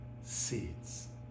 seeds